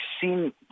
seen